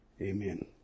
Amen